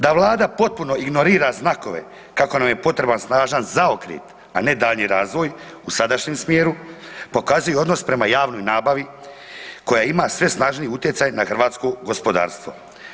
Da Vlada potpuno ignorira znakove kako nam je potreban snažan zaokret a ne daljnji razvoj u sadašnjem smjeru, pokazuje odnos prema javnoj nabavi koja ima sve snažniji utjecaj na hrvatsko gospodarstvu.